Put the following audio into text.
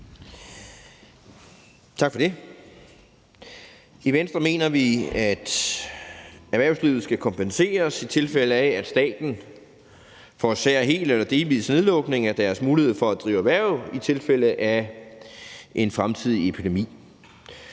Tak for det. I Venstre mener vi, at erhvervslivet skal kompenseres, i tilfælde af at staten forårsager en hel eller delvis nedlukning af deres mulighed for at drive erhverv i tilfælde af en fremtidig epidemi.